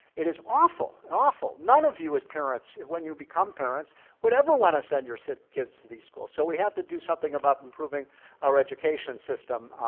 it is awful, awful. none of you as parents when you become parents would ever want to send your kids to these schools. so we have to do something about improving our education system,